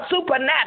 supernatural